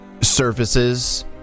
surfaces